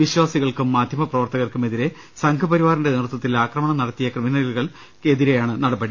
വിശ്വാസികൾക്കും മാധ്യമപ്രവർത്തകർക്കും എതിരെ സംഘ പരിവാറിന്റെ നേതൃത്വത്തിൽ ആക്രമണം നടത്തിയ ക്രിമിനലുകൾക്കെതിരെയാണ് നടപടി